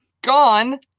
gone